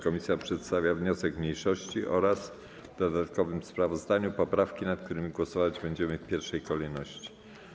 Komisja przedstawia wniosek mniejszości oraz w dodatkowym sprawozdaniu poprawki, nad którymi głosować będziemy w pierwszej kolejności.